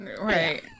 Right